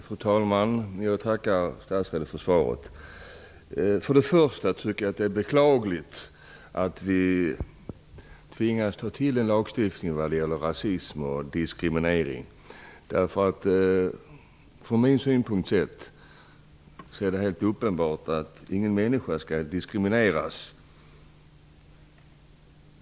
Fru talman! Jag tackar statsrådet för svaret. Jag tycker att det är beklagligt att tvingas att ta till lagstiftning vad gäller rasism och diskriminering. Från min synpunkt sett är det helt uppenbart att ingen människa skall diskrimineras.